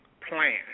plan